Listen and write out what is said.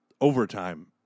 overtime